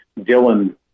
Dylan